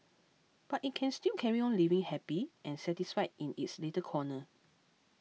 but it can still carry on living happy and satisfied in its little corner